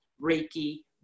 Reiki